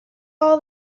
all